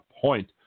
point